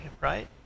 right